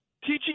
teaching